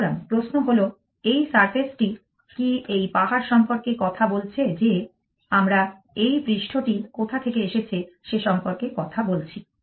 সুতরাং প্রশ্ন হল এই সারফেসটি কি এই পাহাড় সম্পর্কে কথা বলছে যে আমরা এই পৃষ্ঠটি কোথা থেকে এসেছে সে সম্পর্কে কথা বলছি